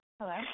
Hello